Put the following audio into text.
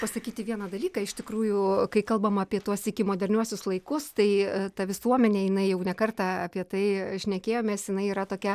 pasakyti vieną dalyką iš tikrųjų kai kalbama apie tuos iki moderniuosius laikus tai ta visuomenė jinai jau ne kartą apie tai šnekėjomės jinai yra tokia